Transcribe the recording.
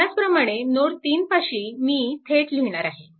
ह्याचप्रमाणे नोड 3 पाशी मी थेट लिहिणार आहे